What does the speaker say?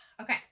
Okay